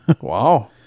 Wow